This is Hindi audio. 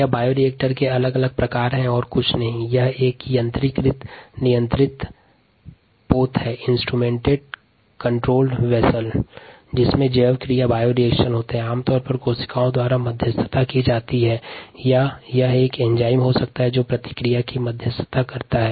यह बायोरिएक्टर के अलग अलग प्रकार हैं जो एक यंत्रीकृत नियंत्रित पात्र होते है जिसमें जैव क्रियाएँ होते हैं जो आमतौर पर कोशिका द्वारा संचालित की जाती है या कुछ परिस्थितियों में एंजाइम्स हो सकते है जिनके द्वारा अभिक्रिया की होती है